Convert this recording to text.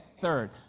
third